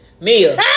Mia